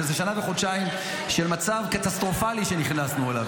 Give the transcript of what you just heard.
שזה שנה וחודשיים של מצב קטסטרופלי שנכנסנו אליו,